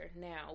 now